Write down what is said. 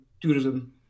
tourism